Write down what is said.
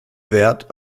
wert